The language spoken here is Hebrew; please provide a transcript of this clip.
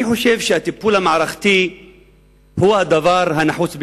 אני חושב שהטיפול המערכתי הוא הדבר הנחוץ ביותר.